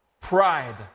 pride